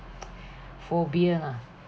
phobia lah